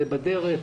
זה בדרך.